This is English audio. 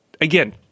Again